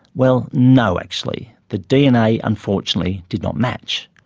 well, no, actually. the dna unfortunately did not match.